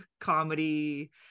comedy